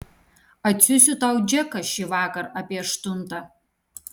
atsiųsiu tau džeką šįvakar apie aštuntą